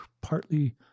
partly